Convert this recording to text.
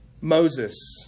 Moses